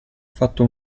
fatto